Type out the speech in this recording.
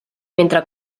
mentre